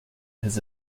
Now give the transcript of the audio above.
his